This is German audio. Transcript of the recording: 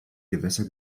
gewässer